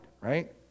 right